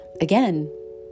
again